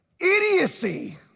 Idiocy